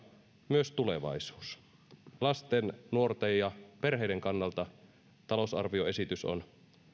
myös tulevaisuus lasten nuorten ja perheiden kannalta talousarvioesitys on